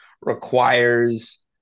requires